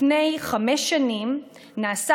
לפני חמש שנים נעשה,